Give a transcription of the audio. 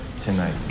tonight